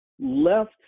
left